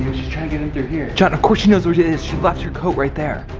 she's trying to get in through here. john of course she knows where it is, she left her coat right there,